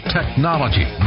technology